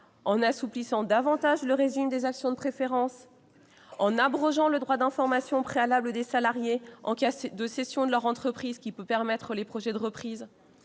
en assouplissant davantage le régime des actions de préférence, en abrogeant le droit d'information préalable des salariés en cas de cession de leur entreprise, qui peut compromettre les projets de reprise,